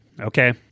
okay